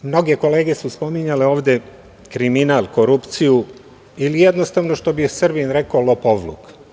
Mnoge kolege su spominjale ovde kriminal, korupciju ili jednostavno, što bi Srbin rekao, lopovluk.